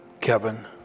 Kevin